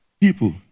People